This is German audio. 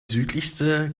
südlichste